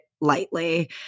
lightly